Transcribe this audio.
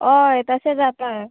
ऑय तशें जाता